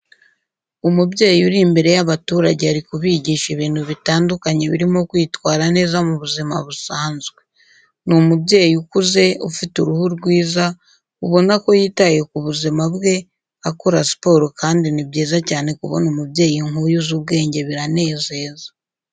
Umubyeyi uri imbere y'abaturage ari kubigisha ibintu bitandukanye birimo kwitwara neza mu buzima busanzwe. Ni umubyeyi ukuze ufite uruhu rwiza ubona ko yitaye ku buzima bwe, akora siporo kandi ni byiza cyane kubona umubyeyi nk'uyu uzi ubwenge biranezeza.